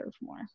more